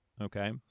okay